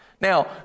Now